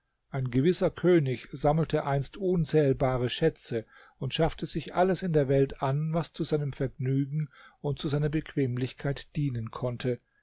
ein gewisser könig sammelte einst unzählbare schätze und schaffte sich alles in der welt an was zu seinem vergnügen und zu seiner bequemlichkeit dienen konnte